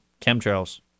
Chemtrails